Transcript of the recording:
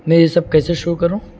میں یہ سب کیسے شو کروں